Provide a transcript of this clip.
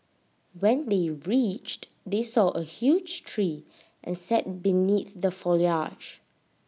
when they reached they saw A huge tree and sat beneath the foliage